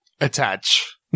Attach